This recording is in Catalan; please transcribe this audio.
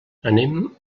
anem